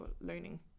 learning